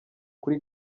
kuri